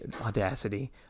audacity